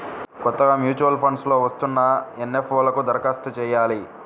కొత్తగా mutual funds లో వస్తున్న ఎన్.ఎఫ్.ఓ లకు దరఖాస్తు చెయ్యాలి